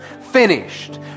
finished